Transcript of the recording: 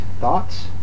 Thoughts